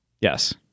yes